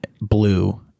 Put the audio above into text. blue